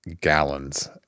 gallons